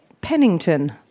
Pennington